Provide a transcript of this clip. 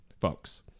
folks